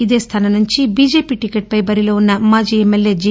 ఇదే స్థానం నుండి బిజెపి టికెట్పై బరిలో ఉన్న మాజీ ఎంఎల్ఎ జి